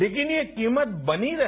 लेकिन ये कीमत बनी रहे